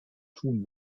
tun